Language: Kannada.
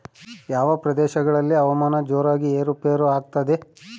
ಯಾವ ಪ್ರದೇಶಗಳಲ್ಲಿ ಹವಾಮಾನ ಜೋರಾಗಿ ಏರು ಪೇರು ಆಗ್ತದೆ?